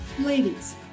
Ladies